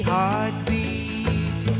Heartbeat